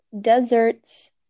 deserts